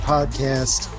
Podcast